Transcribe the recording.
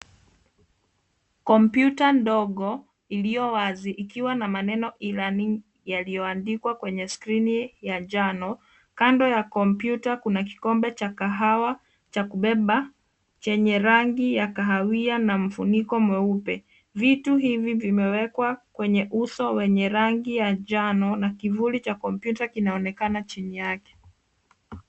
Kompyuta ndogo iliyo wazi ikiwa na maneno e-learning yaliyoandikwa kwenye skrini ya njano. Kando ya kompyuta kuna kikombe cha kahawa cha kubeba chenye rangi ya kahawia na mfuniko mweupe. Vitu hivi vimewekwa kwenye uso wenye rangi ya njano na kivuli cha kompyuta kinaonekana chini yake.